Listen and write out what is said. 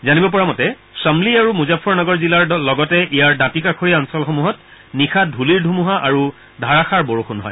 জানিব পৰা মতে শ্বাম্লি আৰু মুজাফৰনগৰ জিলাৰ লগতে ইয়াৰ দাঁতিকাষৰীয়া অঞ্চলসমূহত নিশা ধলিৰ ধমহা আৰু ধাৰাসাৰ বৰষণ হয়